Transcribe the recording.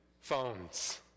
phones